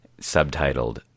subtitled